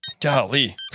golly